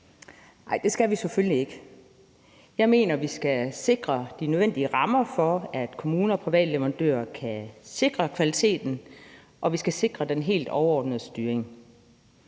Nej, det skal vi selvfølgelig ikke. Jeg mener, vi skal sikre de nødvendige rammer for, at kommuner og private leverandører kan sikre kvaliteten, og at vi skal sikre den helt overordnede styring.